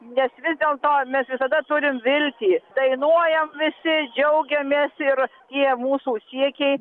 nes vis dėlto mes visada turim viltį dainuojam visi džiaugiamės ir tie mūsų siekiai